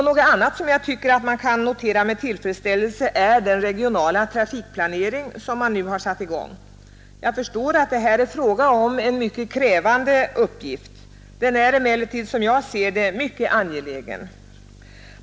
Något annat som jag tycker att man kan notera med tillfredsställelse är den regionala trafikplanering som nu har satts i gång. Jag förstår att det här är fråga om en mycket krävande uppgift. Den är emellertid — som jag ser det — mycket angelägen.